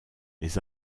les